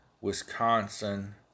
Wisconsin